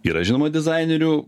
yra žinoma dizainerių